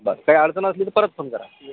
बरं काही अडचण असली तर परत फोन करा